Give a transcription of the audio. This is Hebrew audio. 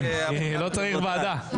כן, לא צריך ועדה.